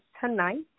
tonight